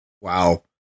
wow